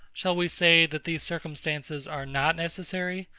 shall we say that these circumstances are not necessary,